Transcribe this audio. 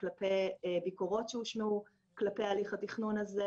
כלפי ביקורות שהושמעו כלפי הליך התכנון הזה,